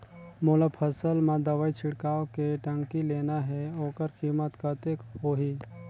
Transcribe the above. मोला फसल मां दवाई छिड़काव के टंकी लेना हे ओकर कीमत कतेक होही?